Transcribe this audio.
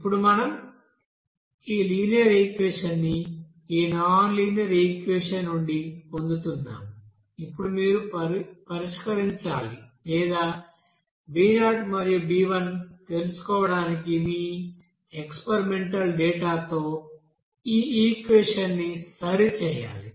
ఇప్పుడు మనం ఈ లినియర్ ఈక్వెషన్ ని ఈ నాన్ లీనియర్ ఈక్వెషన్ నుండి పొందుతున్నాము ఇప్పుడు మీరు పరిష్కరించాలి లేదా b0 మరియు b1 తెలుసుకోవడానికి మీ ఎక్స్పెరిమెంటల్ డేటా తో ఈ ఈక్వెషన్ ని సరిచేయాలి